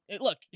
look